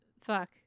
fuck